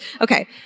Okay